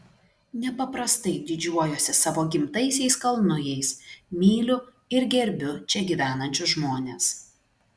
nepaprastai didžiuojuosi savo gimtaisiais kalnujais myliu ir gerbiu čia gyvenančius žmones